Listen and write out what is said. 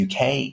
UK